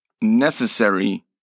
necessary